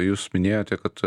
jūs minėjote kad